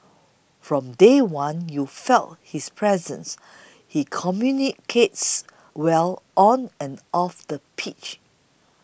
from day one you felt his presence he communicates well on and off the pitch